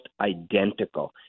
identical